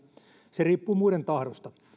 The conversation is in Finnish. se riippuu muiden tahdosta